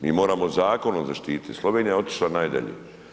Mi moramo zakonom zaštiti, Slovenija je otišla najdalje.